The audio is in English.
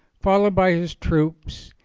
followed by his troops,